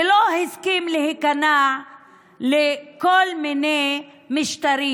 ולא הסכים להיכנע לכל מיני משטרים,